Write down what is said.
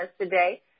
today